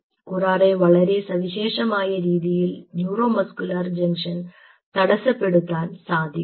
കുറാറെയ്ക്ക് വളരെ സവിശേഷമായ രീതിയിൽ ന്യൂറോ മസ്കുലർ ജംഗ്ഷൻ തടസ്സപ്പെടുത്താൻ സാധിക്കും